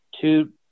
two